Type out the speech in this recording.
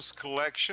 collection